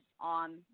on